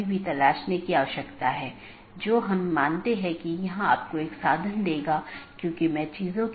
आज हमने जो चर्चा की है वह BGP रूटिंग प्रोटोकॉल की अलग अलग विशेषता यह कैसे परिभाषित किया जा सकता है कि कैसे पथ परिभाषित किया जाता है इत्यादि